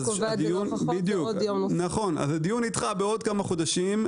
אז הדיון נדחה בעוד כמה חודשים,